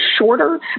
shorter